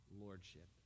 lordship